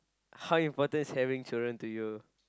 how important is having children to you